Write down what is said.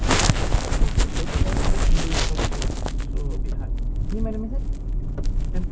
ya fifty minutes jer aku rasa kita sampai sana four thirty dia orang settle lincah-lincah punya